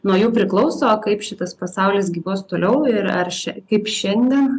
nuo jų priklauso kaip šitas pasaulis gyvuos toliau ir ar šią kaip šiandien